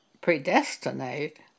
predestinate